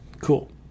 cool